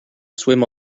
swim